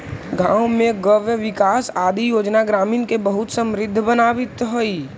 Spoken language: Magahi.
गाँव में गव्यविकास आदि योजना ग्रामीण के बहुत समृद्ध बनावित हइ